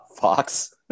Fox